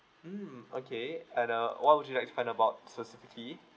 mm okay and uh what would you like find about specifically